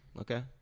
okay